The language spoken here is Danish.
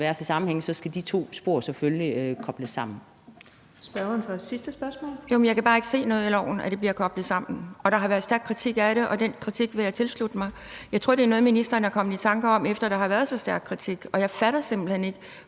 for et sidste spørgsmål. Kl. 15:02 Pia Kjærsgaard (DF): Jeg kan bare ikke se noget i loven om, at det bliver koblet sammen, og der har været stærk kritik af det, og den kritik vil jeg tilslutte mig. Jeg tror, det er noget, ministeren er kommet i tanker om, efter at der har været så stærk kritik, og jeg fatter simpelt hen ikke,